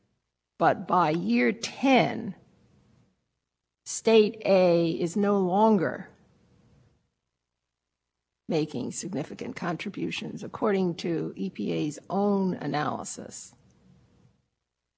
how long you know what on the horizon those problems will persist the states have the ability to submit if the states think that there is no longer a problem and that they're no